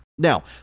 Now